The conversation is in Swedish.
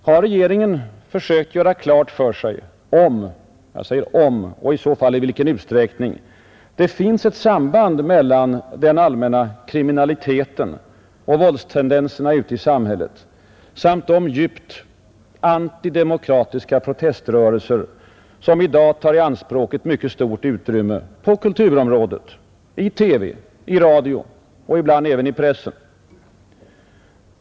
Har regeringen sökt göra klart för sig om — jag säger om — och i så fall i vilken utsträckning det finns ett samband mellan den allmänna kriminaliteten och våldstendenserna ute i samhället samt de djupt antidemokratiska proteströrelser som i dag tar i anspråk ett mycket stort utrymme på kulturområdet, i TV och radio och ibland även i pressen.